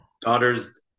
daughter's